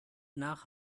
nach